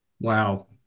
Wow